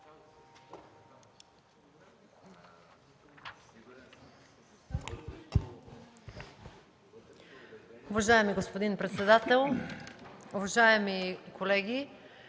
Уважаеми господин председател, уважаеми колеги!